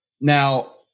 Now